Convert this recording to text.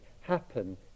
happen